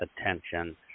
attention